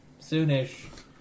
soonish